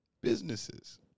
businesses